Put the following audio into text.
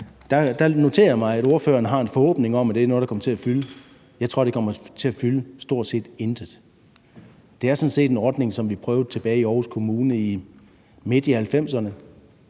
noterer jeg mig, at ordføreren har en forhåbning om, at det er noget, der kommer til at fylde. Jeg tror, det kommer til at fylde stort set intet. Det er sådan set en ordning, som vi prøvede i Aarhus Kommune tilbage